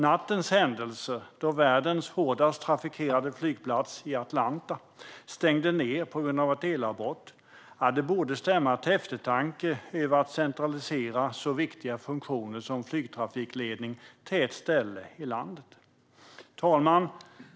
Nattens händelser, då världens hårdast trafikerade flygplats i Atlanta stängde ned på grund av elavbrott, borde stämma till eftertanke vad gäller att centralisera så viktiga funktioner som flygtrafikledning till ett enda ställe i landet. Fru talman!